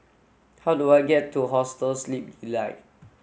how do I get to Hostel Sleep Delight